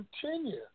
continue